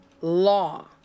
law